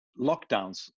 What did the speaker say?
lockdowns